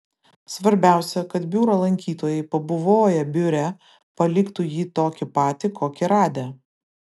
svarbiausia kad biuro lankytojai pabuvoję biure paliktų jį tokį patį kokį radę